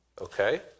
okay